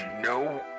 no